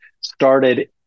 started